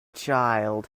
child